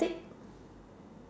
tic